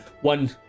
One